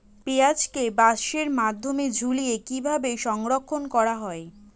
পেঁয়াজকে বাসের মধ্যে ঝুলিয়ে কিভাবে সংরক্ষণ করা হয়?